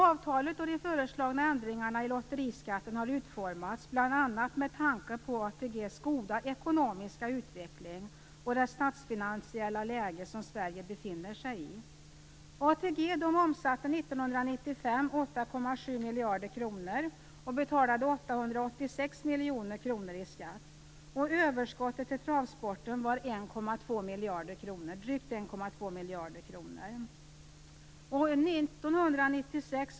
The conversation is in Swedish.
Avtalet och de föreslagna ändringarna av lotteriskatten har utformats bl.a. med tanke på ATG:s goda ekonomiska utveckling och det statsfinansiella läge som Sverige befinner sig i. 1995 omsatte ATG 8,7 miljarder kronor och betalade 886 miljoner kronor i skatt. Överskottet till travsporten var drygt 1,2 miljarder kronor.